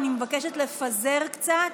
אני מבקשת לפזר קצת.